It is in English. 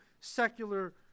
secular